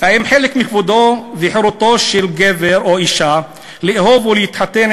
האם חלק מכבודו וחירותו של גבר או אישה לאהוב ולהתחתן